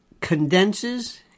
condenses